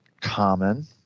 common